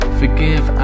forgive